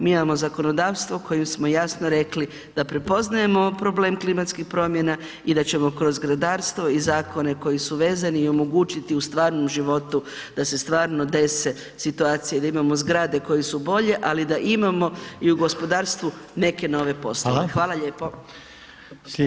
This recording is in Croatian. Mi imamo zakonodavstvo kojim smo jasno rekli da prepoznajemo problem klimatskih promjena i da ćemo kroz zgradarstvo i zakone koji su vezani i omogućiti u stvarnom životu da se stvarno dese situacije i da imamo zgrade koje su bolje, ali da imamo i u gospodarstvu neke nove poslove [[Upadica: Hvala]] Hvala lijepo.